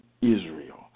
Israel